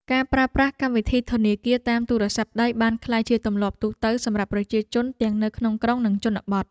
ការប្រើប្រាស់កម្មវិធីធនាគារតាមទូរស័ព្ទដៃបានក្លាយជាទម្លាប់ទូទៅសម្រាប់ប្រជាជនទាំងនៅក្នុងក្រុង និងជនបទ។